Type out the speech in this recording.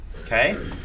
okay